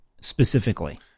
specifically